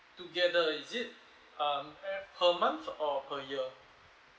together is it um e~ per month or per year